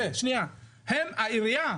שנה, העירייה,